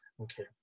Okay